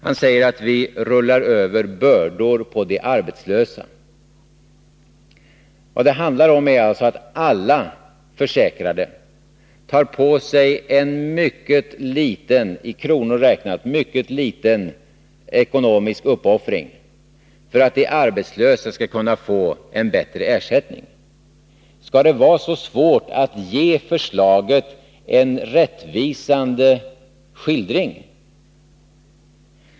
Han säger att vi rullar över bördan på de arbetslösa. Vad det handlar om är att alla försäkrade tar på sig en i kronor räknat mycket liten ekonomisk uppoffring för att de arbetslösa skall kunna få en bättre ersättning. Skall det vara så svårt att ge förslaget en rättvisande skildring?